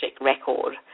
Record